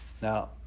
Now